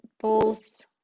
Bulls